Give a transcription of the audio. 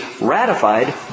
ratified